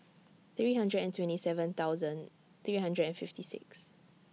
three hundred and twenty seven thousand three hundred and fifty six